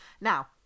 now